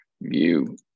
view